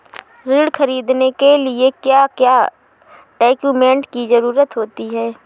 ऋण ख़रीदने के लिए क्या क्या डॉक्यूमेंट की ज़रुरत होती है?